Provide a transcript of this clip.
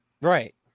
Right